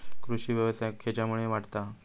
कृषीव्यवसाय खेच्यामुळे वाढता हा?